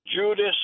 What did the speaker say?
judas